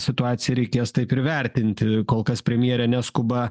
situaciją reikės taip ir vertinti kol kas premjerė neskuba